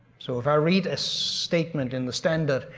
so if i read a statement in the standard,